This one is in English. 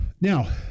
Now